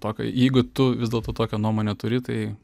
tokio jeigu tu vis dėlto tokią nuomonę turi tai